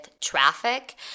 traffic